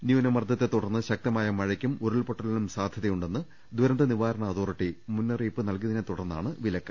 ന്യൂനമർദ്ദത്തെ തുടർന്ന് ശക്തമായ മഴയ്ക്കും ഉരുൾപൊട്ട ലിനും സാധ്യതയുണ്ടെന്ന് ദുരന്ത നിവാരണ അതോറിറ്റി മുന്നറി യിപ്പ് നൽകിയതിനെ തുടർന്നാണ് വിലക്ക്